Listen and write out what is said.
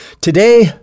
Today